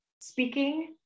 speaking